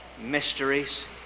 mysteries